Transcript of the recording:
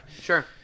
sure